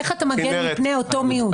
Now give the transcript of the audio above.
איך אתה מגן מפני אותו מיעוט?